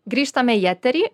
grįžtame į eterį